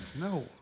No